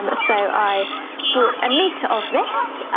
um so i bought a meter of this,